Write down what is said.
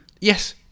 Yes